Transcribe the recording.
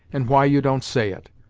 and why you don't say it.